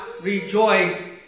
rejoice